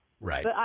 Right